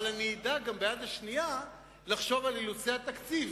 אבל אני אדע גם ביד השנייה לחשוב על אילוצי התקציב,